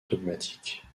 dogmatique